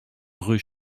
rue